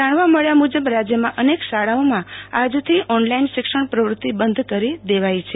જાણવા મળ્યા મુજબ રાજ્યમાં અનેક શાળાઓમાં આજથી ઓનલાઇન શિક્ષણ પ્રવૃત્તિ બંધ કરી દેવાઈ છે